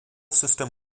system